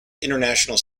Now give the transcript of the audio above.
international